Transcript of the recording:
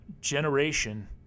generation